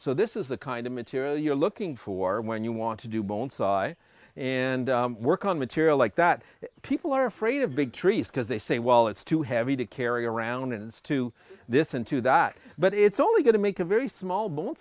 so this is the kind of material you're looking for when you want to do bone sigh and work on material like that people are afraid of big trees because they say well it's too heavy to carry around and it's to this into that but it's only going to make a very small bo